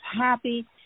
happy